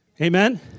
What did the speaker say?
Amen